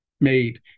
made